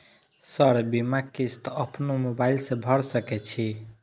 Sir बीमा किस्त अपनो मोबाईल से भर सके छी?